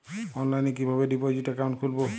অনলাইনে কিভাবে deposit account খুলবো?